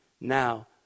Now